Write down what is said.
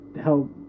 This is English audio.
help